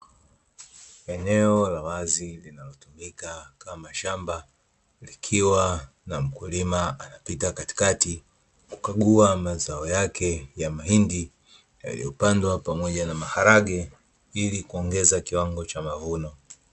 Eneo la wazi linalotumika kama shamba, likiwa na mkulima anapita katikati kukagua mazao yake ya mahindi, yaliyopandwa pamoja na maharage ili kuongeza kiwango cha mavuno.